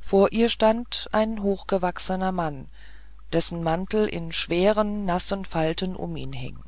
vor ihr stand ein hochgewachsener mann dessen mantel in schweren nassen falten um ihn hing